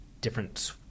different